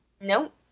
Nope